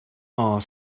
are